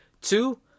Two